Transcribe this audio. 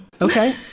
Okay